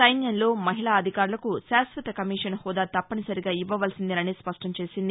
సైన్యంలో మహిళా అధికారులకు శాశ్వత కమిషన్ హాదా తప్పనిసరిగా ఇవ్వవలసిందేనని స్పష్టంచేసింది